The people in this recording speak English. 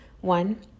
One